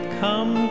come